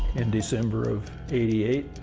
in december of eighty eight,